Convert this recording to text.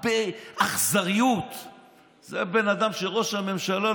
ואו-טו-טו היה צריך להיות ראש ממשלה,